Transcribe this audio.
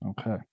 Okay